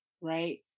right